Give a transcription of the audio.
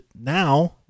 now